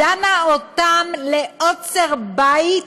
דנים אותם לעוצר בית